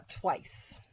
twice